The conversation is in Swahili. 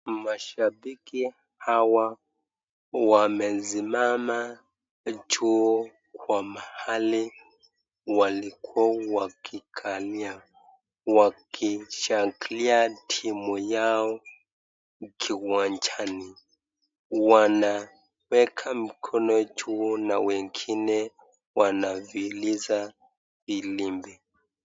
Mashabiki hawa wamesimama juu kwa mahali walikuwa wakikalia wakishangilia timu yao kiwanjani. Wanaweza mikono yao juu na wengine wanapuliza firimbi.